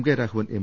K Raghavan M